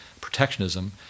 protectionism